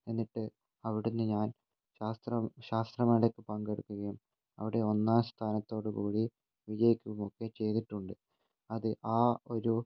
എന്നിട്ട് അവിടുന്ന് ഞാൻ ശാസ്ത്ര ശാസ്ത്ര മേളക്ക് പങ്കെടുക്കുകയും അവിടെ ഒന്നാംസ്ഥാനത്തോടുകൂടി വിജയിക്കുകയൊക്കെ ചെയ്തിട്ടുണ്ട് അത് ആ ഒരു